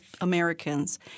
Americans